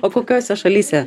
o kokiose šalyse